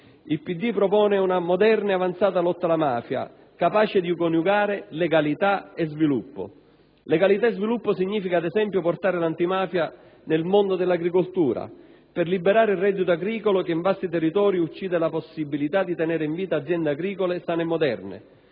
propone una moderna e avanzata lotta alla mafia capace di coniugare legalità e sviluppo. Legalità e sviluppo significa ad esempio portare l'antimafia nel mondo dell'agricoltura per liberare il reddito agricolo che in vasti territori uccide la possibilità di tenere in vita aziende agricole sane e moderne.